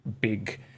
big